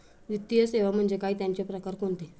वित्तीय सेवा म्हणजे काय? त्यांचे प्रकार कोणते?